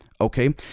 Okay